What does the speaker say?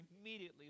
immediately